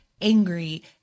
angry